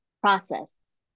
process